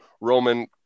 Roman